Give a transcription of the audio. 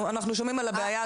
אנחנו שומעים על הבעיה הזאת.